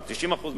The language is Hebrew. על 90% מההכנסה,